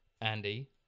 Andy